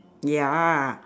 ya